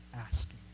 asking